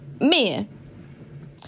men